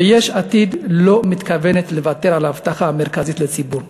ויש עתיד לא מתכוונת לוותר על ההבטחה המרכזית לציבור.